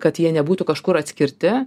kad jie nebūtų kažkur atskirti